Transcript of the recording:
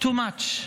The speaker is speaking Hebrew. too much,